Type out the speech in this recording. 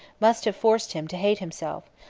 must have forced him to hate himself,